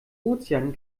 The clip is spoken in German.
ozean